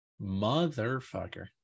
Motherfucker